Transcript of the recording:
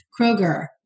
Kroger